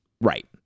Right